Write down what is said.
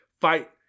fight